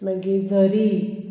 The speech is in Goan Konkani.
मागीर झरीर